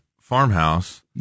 farmhouse